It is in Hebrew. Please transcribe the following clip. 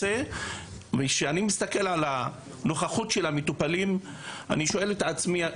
כשאני מסתכל על הנוכחות של המטופלים אני שואל את עצמי,